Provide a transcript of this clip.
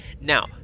now